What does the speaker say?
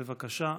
בבקשה,